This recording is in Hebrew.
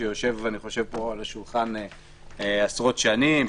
שממתינה פה על השולחן עשרות שנים,